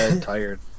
tired